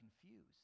confused